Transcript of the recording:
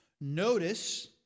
Notice